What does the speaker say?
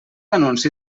anunci